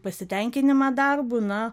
pasitenkinimą darbu na